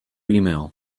email